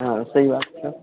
हाँ सही बात है सर